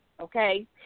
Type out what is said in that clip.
okay